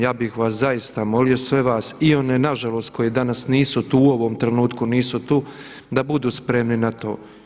Ja bih vas zaista molio sve vas i one nažalost koji danas nisu tu, u ovom trenutku nisu tu da budu spremni na to.